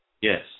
Yes